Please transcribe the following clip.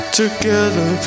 together